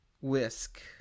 whisk